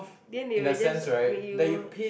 then they will just when you